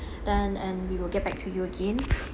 then and we will get back to you again